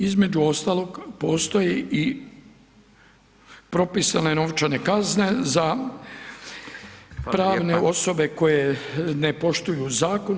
Između ostalog postoje i propisane novčane kazne za [[Upadica: Fala lijepa]] pravne osobe koje ne poštuju zakon.